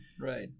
right